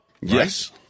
Yes